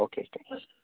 अके दे